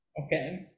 Okay